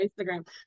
instagram